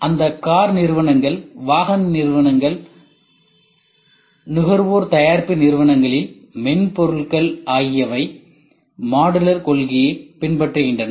எனவே அந்த கார் நிறுவனங்கள் வாகன நிறுவனங்கள் நுகர்வோர் தயாரிப்பு நிறுவனங்களில் மென்பொருள்கள் ஆகியவை மாடுலர் கொள்கையை பின்பற்றுகின்றன